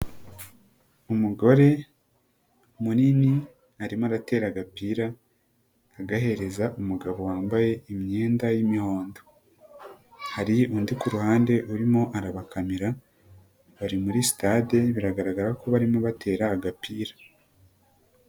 Umugore, munini arimo aratera agapira, agahereza umugabo wambaye imyenda y'imihondo. Hari undi kuruhande urimo arabakamera, bari muri sitade biragaragara ko barimo batera agapira.